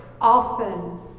often